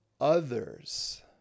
others